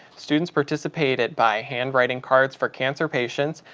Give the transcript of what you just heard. students participated by hand-writing cards for cancer patients,